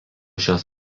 šios